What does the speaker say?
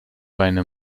weine